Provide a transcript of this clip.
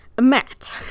Matt